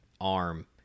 arm